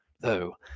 though